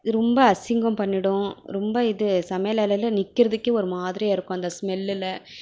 ரொம்ப அசிங்கம் பண்ணிடும் ரொம்ப இது சமையல் அறையில் நிற்கிறதுக்கே ஒரு மாதிரியா இருக்கும் அந்த ஸ்மெல்லுலாம்